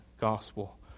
gospel